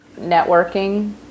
networking